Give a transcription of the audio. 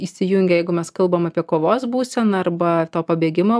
įsijungę jeigu mes kalbam apie kovos būseną arba to pabėgimo